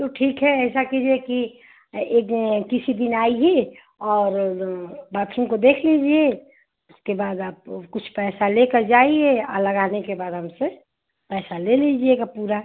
तो ठीक है ऐसा कीजिए कि एक किसी दिन आइए और बाथरूम को देख लिजिए उसके बाद कुछ पैसा ले कर जाइए और लगाने के बाद हमसे पैसा ले लीजिएगा पूरा